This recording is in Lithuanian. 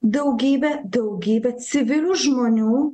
daugybė daugybė civilių žmonių